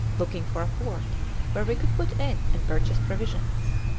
looking for a port where we could put in and purchase provisions.